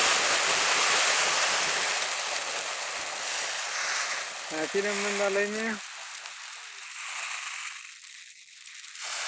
ᱦᱮᱸ ᱪᱮᱫ ᱮᱢ ᱢᱮᱱᱫᱟ ᱞᱟᱹᱭ ᱢᱮ